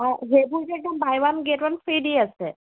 অঁ সেইবোৰ যে একদম buy one get one free দি আছে